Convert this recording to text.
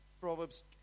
Proverbs